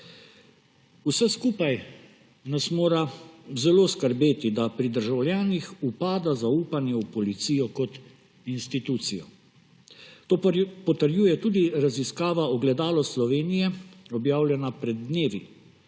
Vse skupaj nas mora zelo skrbeti, da pri državljanih upada zaupanje v Policijo kot institucijo. To potrjuje tudi raziskava Ogledalo Slovenije, objavljena pred dnevi.